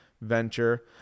venture